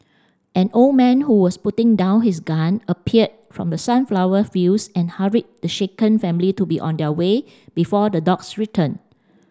an old man who was putting down his gun appeared from the sunflower fields and hurried the shaken family to be on their way before the dogs return